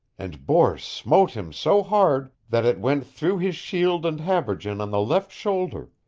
and bors smote him so hard that it went through his shield and habergeon on the left shoulder.